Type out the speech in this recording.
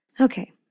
Okay